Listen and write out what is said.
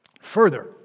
Further